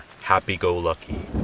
happy-go-lucky